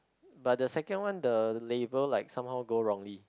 but the second one the label like somehow go wrongly